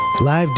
live